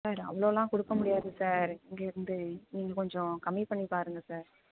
sir அவ்வளோலாம் கொடுக்க முடியாது சார் இங்கேயிருந்து நீங்கள் கொஞ்சம் கம்மி பண்ணி பாருங்க சார்